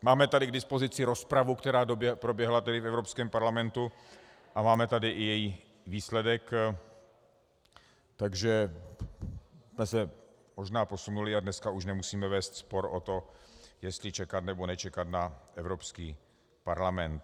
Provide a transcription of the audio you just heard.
Máme tady k dispozici rozpravu, která proběhla v Evropském parlamentu, a máme tady i její výsledek, takže jsme se možná posunuli a dnes už nemusíme vést spor o to, jestli čekat, nebo nečekat na Evropský parlament.